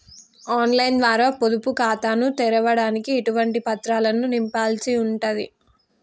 On line ద్వారా పొదుపు ఖాతాను తెరవడానికి ఎటువంటి పత్రాలను నింపాల్సి ఉంటది?